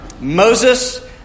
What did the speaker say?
Moses